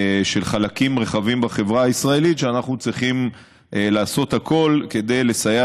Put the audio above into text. חלקים רחבים בחברה הישראלית שאנחנו צריכים לעשות הכול כדי לסייע